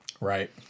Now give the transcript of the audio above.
Right